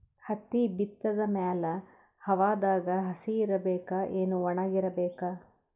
ಹತ್ತಿ ಬಿತ್ತದ ಮ್ಯಾಲ ಹವಾದಾಗ ಹಸಿ ಇರಬೇಕಾ, ಏನ್ ಒಣಇರಬೇಕ?